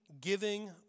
giving